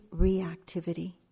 reactivity